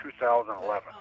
2011